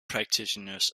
practitioners